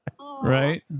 Right